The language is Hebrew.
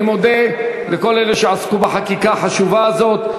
אני מודה לכל אלה שעסקו בחקיקה החשובה הזאת,